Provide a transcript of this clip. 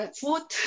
food